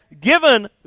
given